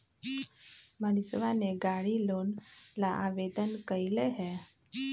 मनीषवा ने गाड़ी लोन ला आवेदन कई लय है